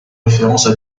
référence